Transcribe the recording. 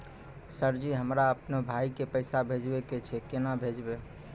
Sir ji हमरा अपनो भाई के पैसा भेजबे के छै, केना भेजबे?